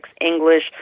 English